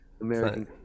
American